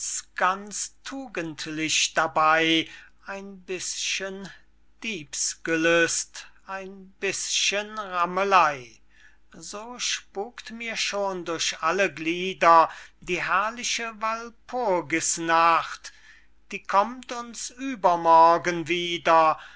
ganz tugendlich dabey ein bißchen diebsgelüst ein bißchen rammeley so spukt mir schon durch alle glieder die herrliche walpurgisnacht die kommt uns übermorgen wieder